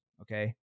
Okay